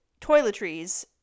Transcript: toiletries